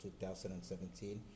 2017